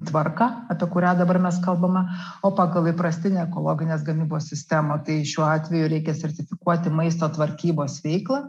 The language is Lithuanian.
tvarką apie kurią dabar mes kalbame o pagal įprastinę ekologinės gamybos sistemą tai šiuo atveju reikia sertifikuoti maisto tvarkybos veiklą